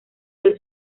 del